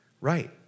right